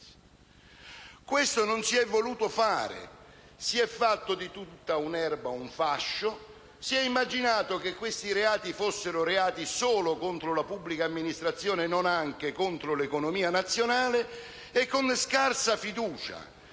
Questo non si è voluto fare. Si è fatto di tutta l'erba un fascio. Si è immaginato che questi reati fossero solo contro la pubblica amministrazione e non anche contro l'economia nazionale e, con scarsa fiducia